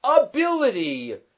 ability